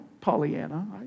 Pollyanna